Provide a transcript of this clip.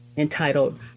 entitled